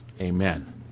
Amen